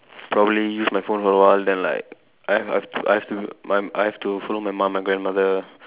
probably use my phone for a while then like I have I have to I have to my I have to follow my mum my grandmother